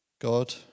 God